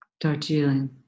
Darjeeling